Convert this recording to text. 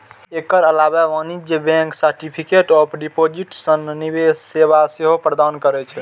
एकर अलावे वाणिज्यिक bank certificate of deposit सन निवेश सेवा सेहो प्रदान करै छै